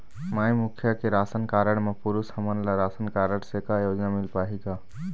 माई मुखिया के ration card म पुरुष हमन ला रासनकारड से का योजना मिल पाही का?